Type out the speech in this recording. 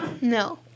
No